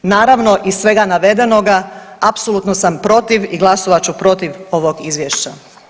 Naravno iz svega navedenoga apsolutno sam protiv i glasovat ću protiv ovog izvješća.